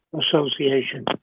Association